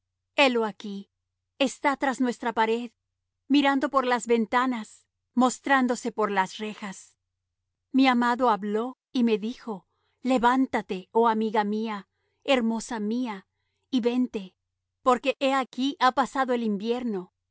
helo aquí está tras nuestra pared mirando por las ventanas mostrándose por las rejas mi amado habló y me dijo levántate oh amiga mía hermosa mía y vente porque he aquí ha pasado el invierno